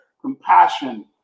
compassion